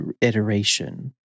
iteration